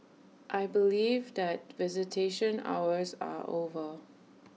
I believe that visitation hours are over